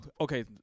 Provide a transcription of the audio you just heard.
Okay